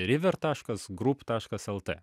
river taškas grup taškas lt